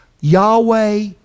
Yahweh